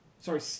sorry